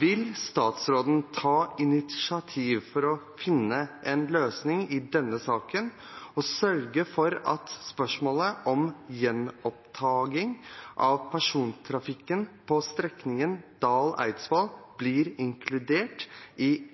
Vil statsråden ta initiativ til å finne en løsning i denne saken og sørge for at spørsmålet om gjenopptaking av persontrafikken på strekningen Dal–Eidsvoll blir inkludert i